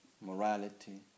morality